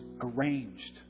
arranged